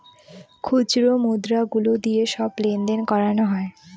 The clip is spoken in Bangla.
খুচরো মুদ্রা গুলো দিয়ে সব লেনদেন করানো হয়